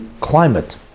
climate